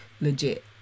legit